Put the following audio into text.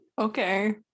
Okay